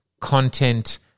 Content